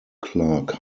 clarke